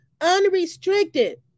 unrestricted